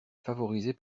favorisée